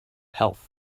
health